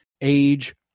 Age